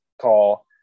call